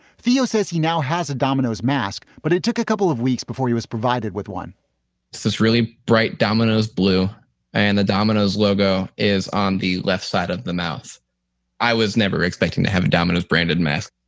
theo says he now has a domino's mask. but it took a couple of weeks before he was provided with one source, really bright domino's blue and the domino's logo is on the left side of the mouth i was never expecting to have and domino's branded mess,